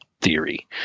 theory